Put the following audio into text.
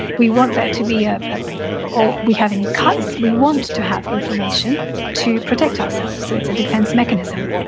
we want there to be, ah ah or we have any cuts, we want to have inflammation to protect ourselves. so it's a defense mechanism